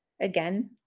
again